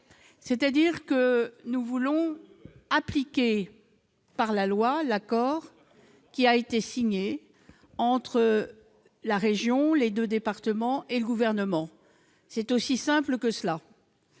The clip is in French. pas ? Nous voulons appliquer par la loi l'accord qui a été signé entre la région, les deux départements et le Gouvernement. C'est aussi simple que cela.